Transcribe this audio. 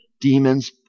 demons